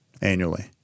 annually